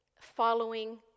following